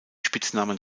spitznamen